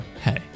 hey